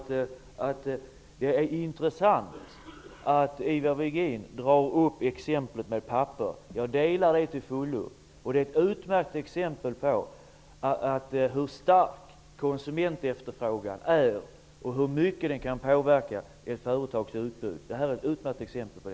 Det är intressant att Ivar Virgin tar upp exemplet med papper. Jag delar hans syn till fullo. Det är ett utmärkt exempel på hur stark konsumentefterfrågan är och på hur mycket den kan påverka ett företags utbud.